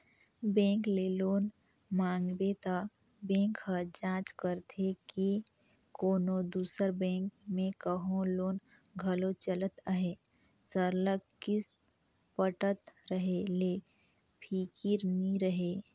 bank ले loan मांगबे त बेंक ह जांच करथे के कोनो दूसर बेंक में कहों लोन घलो चलत अहे सरलग किस्त पटत रहें ले फिकिर नी रहे